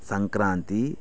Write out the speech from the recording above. Sankranti